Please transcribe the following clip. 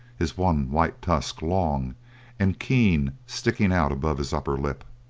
his one white tusk, long and keen sticking out above his upper lip.